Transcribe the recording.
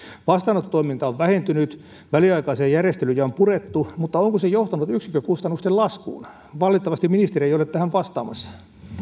vastaanottotoiminta on vähentynyt väliaikaisia järjestelyjä on purettu mutta onko se johtanut yksikkökustannusten laskuun valitettavasti ministeri ei ole tähän vastaamassa